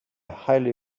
highly